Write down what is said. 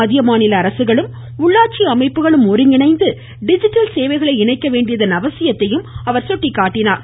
மத்திய மாநில அரசுகளும் உள்ளாட்சி அமைப்புகளும் ஒருங்கிணைந்து டிஜிட்டல் சேவைகளை இணைக்க வேண்டியதன் அவசியத்தையும் அவர் சுட்டிக்காட்டினார்